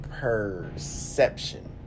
perception